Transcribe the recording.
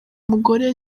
umugore